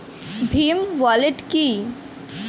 Bhim wallet কি?